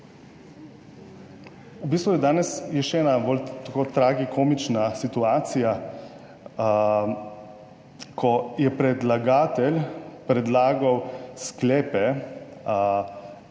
danes, je še ena bolj ta tragikomična situacija. Ko je predlagatelj predlagal sklepe